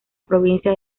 provincia